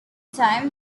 time